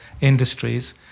industries